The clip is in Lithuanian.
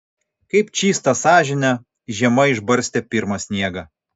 kaip čystą sąžinę žiema išbarstė pirmą sniegą